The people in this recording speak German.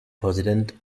präsident